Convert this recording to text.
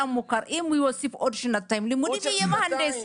אם הוא יוסיף עוד שנתיים לימודים יהיה מהנדס.